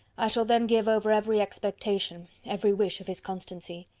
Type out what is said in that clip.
i shall then give over every expectation, every wish of his constancy.